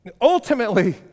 ultimately